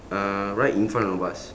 uh right in front of us